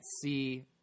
see